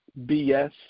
BS